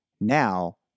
Now